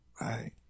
right